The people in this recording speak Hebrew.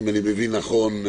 אם אני מבין נכון,